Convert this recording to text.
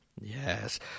Yes